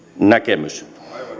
näkemys